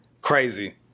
crazy